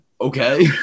okay